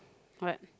what